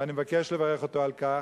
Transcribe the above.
ואני מבקש לברך אותו על כך.